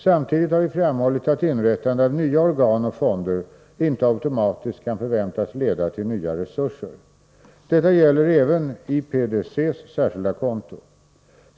Samtidigt har vi framhållit att inrättandet av nya organ och fonder inte automatiskt kan förväntas leda till nya resurser. Detta gäller även IPDC:s särskilda konto.